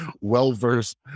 well-versed